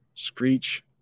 Screech